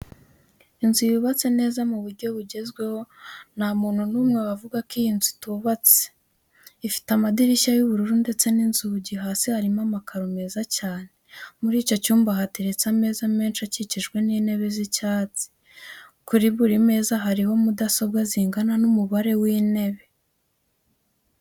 Inzu yubatse neza mu buryo bugezweho, nta muntu n'umwe wavuga ko iyi nzu itubatse. Ifite amadirishya y'ubururu ndetse n'inzugi, hasi harimo amakaro meza cyane, muri icyo cyumba hateretse ameza menshi akikijwe n'intebe z'icyatsi, kuri buri meza hariho mudasobwa zingana n'umubare w'intebe.